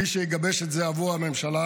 מי שיגבש את זה עבור הממשלה